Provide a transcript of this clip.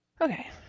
Okay